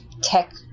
tech